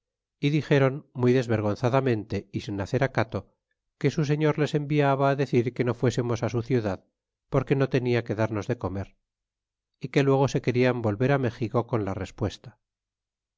é dixéron muy desvergonzadamente é sin hacer acato que su señor les enviaba decir que no fuésemos á su ciudad porque no tenia que darnos de comer y que luego se quedan volver á méxico con la respuesta